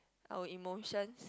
our emotions